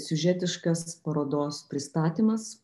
siužetiškas parodos pristatymas